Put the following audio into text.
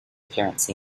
appearance